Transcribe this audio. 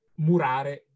murare